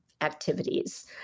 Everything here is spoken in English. activities